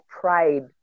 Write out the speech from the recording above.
pride